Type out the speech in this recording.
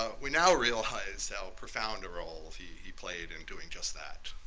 ah we now realize how profound a role he he played in doing just that.